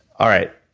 all right.